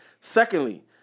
Secondly